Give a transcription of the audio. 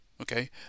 okay